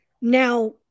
Now